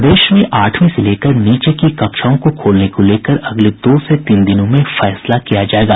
प्रदेश में आठवीं से लेकर नीचे की कक्षाओं को खोलने को लेकर अगले दो से तीन दिनों में फैसला किया जायेगा